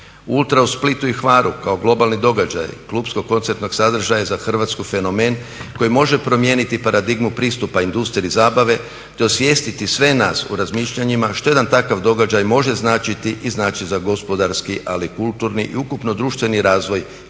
Ultra u Splitu i Hvaru kao globalni događaj klupskog koncertnog sadržaja je za Hrvatsku fenomen koji može promijeniti paradigmu pristupa industriji zabave te osvijestiti sve nas u razmišljanjima što jedan takav događaj može značiti i znači za gospodarski ali i kulturni i ukupno društveni razvoj